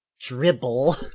dribble